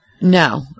No